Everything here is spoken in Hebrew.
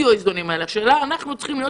תמיד יהיה צורך באיזונים ואנחנו צריכים להיות